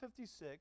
56